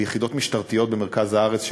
ביחידות משטרתיות במרכז הארץ,